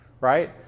right